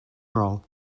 role